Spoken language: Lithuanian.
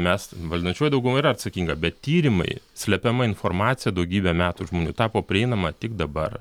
mes valdančioji dauguma yra atsakinga bet tyrimai slepiama informacija daugybę metų žmonių tapo prieinama tik dabar